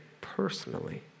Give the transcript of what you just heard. personally